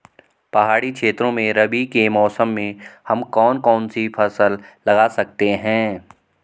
पहाड़ी क्षेत्रों में रबी के मौसम में हम कौन कौन सी फसल लगा सकते हैं?